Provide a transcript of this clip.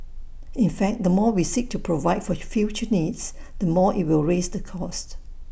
in fact the more we seek to provide for future needs the more IT will raise the cost